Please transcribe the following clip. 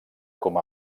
com